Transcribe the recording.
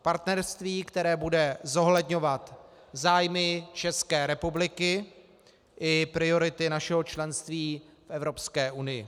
Partnerství, které bude zohledňovat zájmy České republiky i priority našeho členství v Evropské unii.